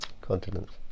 continents